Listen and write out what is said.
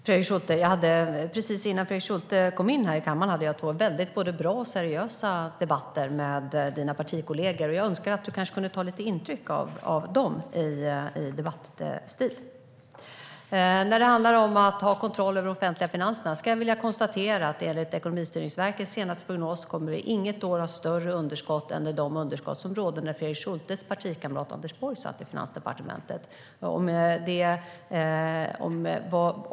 Fru talman! Precis innan Fredrik Schulte kom in här i kammaren hade jag två mycket både bra och seriösa debatter med hans partikollegor. Jag skulle önska att du kunde ta lite intryck av dem när det gäller debattstil. När det handlar om att ha kontroll över de offentliga finanserna kan jag konstatera att enligt Ekonomistyrningsverkets senaste prognos kommer vi inte under något år att ha större underskott än de underskott som rådde när Fredrik Schultes partikamrat Anders Borg satt i Finansdepartementet.